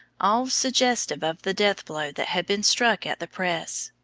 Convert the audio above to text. all suggestive of the death-blow that had been struck at the press.